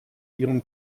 ihren